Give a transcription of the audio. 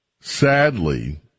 sadly